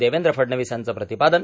देवेंद्र फडणवीस यांचं प्रतिपादन